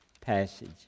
passage